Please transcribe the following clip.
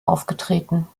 aufgetreten